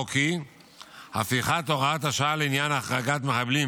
החוק היא הפיכת הוראת השעה לעניין החרגת מחבלים